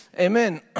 amen